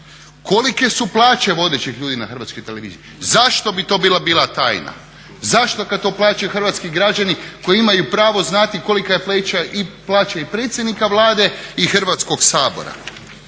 Kolike su plaće vodećih ljudi na Hrvatskoj televiziji, zašto bi to bila tajna, zašto kad to plaćaju hrvatski građani koji imaju pravo znati kolika ja plaća i predsjednika Vlade, i Hrvatskog sabora.